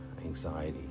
anxiety